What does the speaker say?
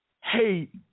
hate